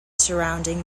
surrounding